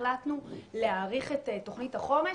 החלטנו להאריך את תוכנית החומש.